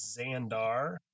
Xandar